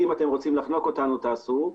'אם אתם רוצים לחנוק אותנו תעשו',